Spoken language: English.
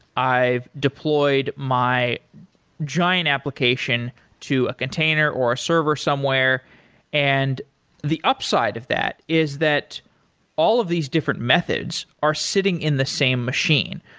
i've deployed my giant application to a container or a server somewhere and the upside of that is that all of these different methods are sitting in the same machine.